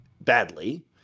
badly